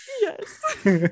yes